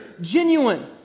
genuine